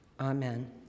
Amen